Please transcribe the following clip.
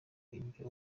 ibyo